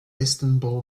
istanbul